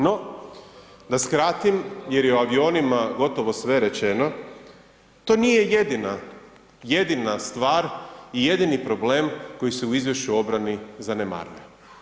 No, da skratim jer je o avionima gotovo sve rečeno, to nije jedina, jedina stvar i jedini problem koji se u izvješću o obrani zanemaruje.